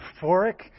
euphoric